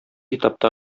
этапта